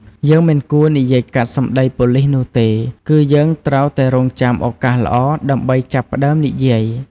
យើងមិនគួរនិយាយកាត់សម្ដីប៉ូលិសនោះទេ គឺយើងត្រូវតែរង់ចាំឱកាសល្អដើម្បីចាប់ផ្ដើមនិយាយ។